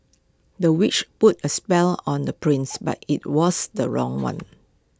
the witch put A spell on the prince but IT was the wrong one